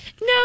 no